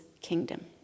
kingdom